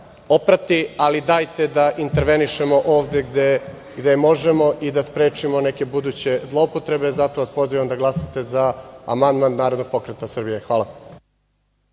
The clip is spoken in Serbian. ali dajte da intervenišemo ovde gde možemo i da sprečimo neke buduće zloupotrebe. Zato vas pozivam da glasate za amandman Narodnog pokreta Srbije. Hvala.